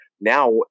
Now